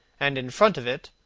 and in front of it,